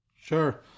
sure